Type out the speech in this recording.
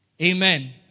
Amen